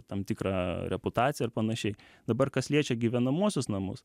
tam tikrą reputaciją ar panašiai dabar kas liečia gyvenamuosius namus